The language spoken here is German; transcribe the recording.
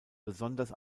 besonders